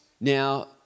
Now